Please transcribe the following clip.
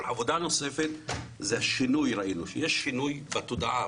עבודה נוספת זה השינוי שראינו שיש בתודעה,